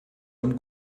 und